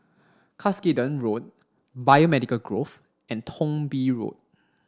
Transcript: Cuscaden Road Biomedical Grove and Thong Bee Road